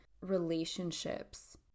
relationships